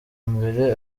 mbere